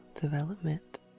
development